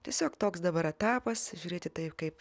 tiesiog toks dabar etapas žiūrėti taip kaip